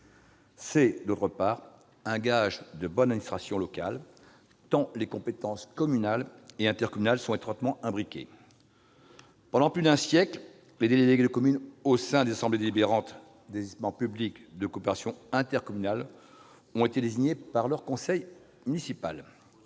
C'est, d'autre part, un gage de bonne administration locale, tant les compétences communales et intercommunales sont étroitement imbriquées. Pendant plus d'un siècle, les délégués des communes au sein des assemblées délibérantes des établissements publics de coopération intercommunale ont été désignés par leur conseil municipal.